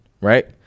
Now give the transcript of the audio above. right